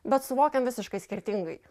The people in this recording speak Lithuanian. bet suvokiam visiškai skirtingai